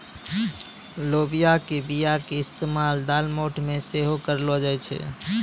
लोबिया के बीया के इस्तेमाल दालमोट मे सेहो करलो जाय छै